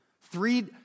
Three